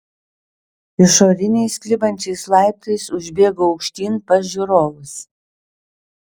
išoriniais klibančiais laiptais užbėgau aukštyn pas žiūrovus